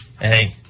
hey